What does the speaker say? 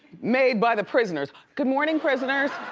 made by the prisoners. good morning, prisoners.